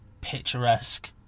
picturesque